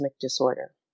disorder